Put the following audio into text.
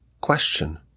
question